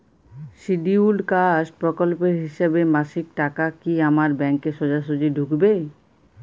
Scheduled caste প্রকল্পের হিসেবে মাসিক টাকা কি আমার ব্যাংকে সোজাসুজি ঢুকবে?